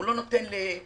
הוא לא נותן למוסדות.